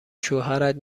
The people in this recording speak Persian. شوهرت